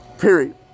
Period